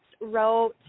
wrote